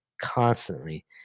constantly